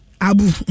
Abu